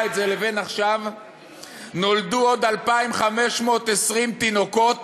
את זה לבין עכשיו נולדו עוד 2,520 תינוקות